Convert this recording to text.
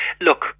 Look